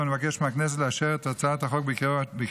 ואני מבקש מהכנסת לאשר את הצעת החוק בקריאות